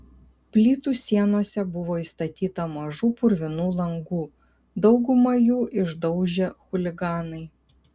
plytų sienose buvo įstatyta mažų purvinų langų daugumą jų išdaužė chuliganai